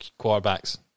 quarterbacks